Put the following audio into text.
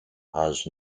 has